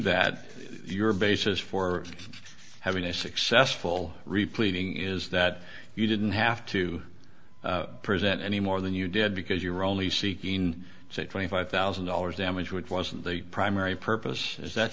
that your basis for having a successful re pleading is that you didn't have to present any more than you did because you're only seeking say twenty five thousand dollars damage to it wasn't a primary purpose is that